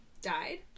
died